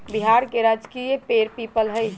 बिहार के राजकीय पेड़ पीपल हई